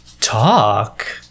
Talk